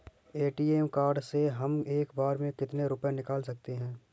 ATM card से हम एक बार में कितने रुपये निकाल सकते हैं?